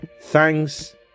thanks